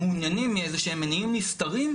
מעוניינים מאיזשהם מניעים נסתרים,